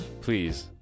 Please